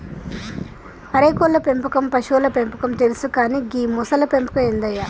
అరే కోళ్ళ పెంపకం పశువుల పెంపకం తెలుసు కానీ గీ మొసళ్ల పెంపకం ఏందయ్య